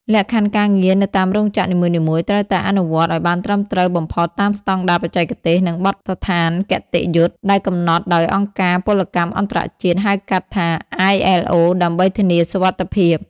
លក្ខខណ្ឌការងារនៅតាមរោងចក្រនីមួយៗត្រូវតែអនុវត្តឱ្យបានត្រឹមត្រូវបំផុតតាមស្តង់ដារបច្ចេកទេស និងបទដ្ឋានគតិយុត្តិដែលកំណត់ដោយអង្គការពលកម្មអន្តរជាតិ ហៅកាត់ថា ILO ដើម្បីធានាសុវត្ថិភាព។